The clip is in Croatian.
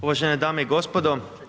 Uvažene dame i gospodo.